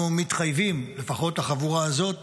אנחנו מתחייבים, לפחות החבורה הזאת